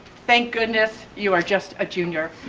thank goodness you are just a junior.